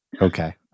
Okay